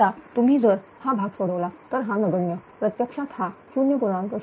आता तुम्ही जर हा भाग सोडवला तर हा नगण्य प्रत्यक्षात हा 0